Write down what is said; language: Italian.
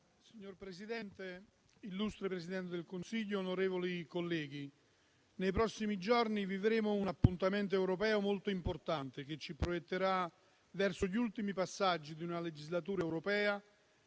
Signor Presidente, illustre Presidente del Consiglio, onorevoli colleghi, nei prossimi giorni vivremo un appuntamento europeo molto importante che ci proietterà verso gli ultimi passaggi di una legislatura europea